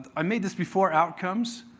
i made this before outcomes.